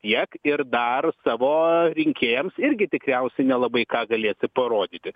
tiek ir dar savo rinkėjams irgi tikriausiai nelabai ką galėsi parodyti